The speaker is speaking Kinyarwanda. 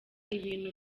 ibintu